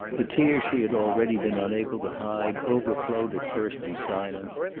the tears she had already been unable to hide overflowed at first in silence,